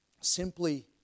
simply